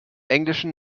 englischen